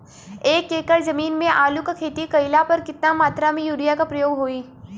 एक एकड़ जमीन में आलू क खेती कइला पर कितना मात्रा में यूरिया क प्रयोग होई?